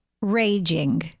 Raging